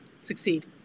succeed